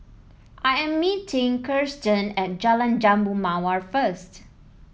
I am meeting Kiersten at Jalan Jambu Mawar first